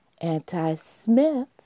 Anti-Smith